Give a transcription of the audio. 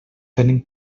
tenen